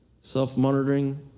Self-monitoring